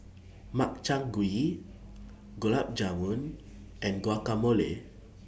Makchang Gui Gulab Jamun and Guacamole